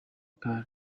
car